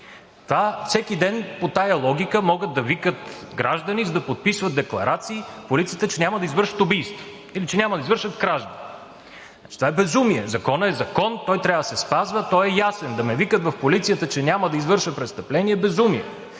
Всеки ден по тази логика могат да викат граждани, за да подписват декларации в полицията, че няма да извършат убийство или че няма да извършат кражба. Това е безумие! Законът е закон, той трябва да се спазва, той е ясен. Да ме викат в полицията, че няма да извърша престъпление е безумие!